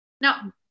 Now